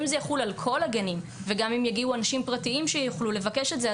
אם זה יחול על כל הגנים ואם יגיעו אנשים פרטיים שיוכלו לבקש את זה,